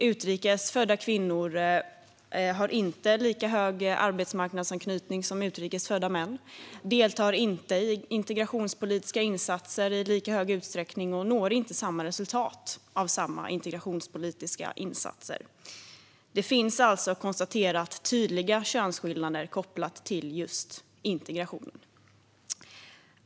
Utrikes födda kvinnor har inte lika hög arbetsmarknadsanknytning som utrikes födda män, deltar inte i integrationspolitiska insatser i lika hög utsträckning och når inte samma resultat av samma integrationspolitiska insatser. Det finns alltså tydliga konstaterade könsskillnader kopplat till integrationen.